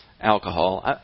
alcohol